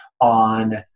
on